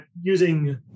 using